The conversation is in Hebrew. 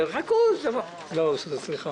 עומד, הקווים נדפקים, אין תוספות אוטובוסים.